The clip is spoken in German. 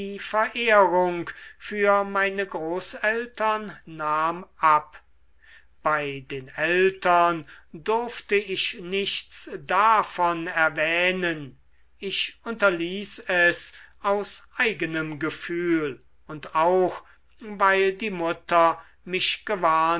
verehrung für meine großeltern nahm ab bei den eltern durfte ich nichts davon erwähnen ich unterließ es aus eigenem gefühl und auch weil die mutter mich gewarnt